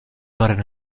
gotten